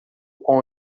com